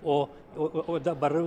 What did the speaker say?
o o o o dabar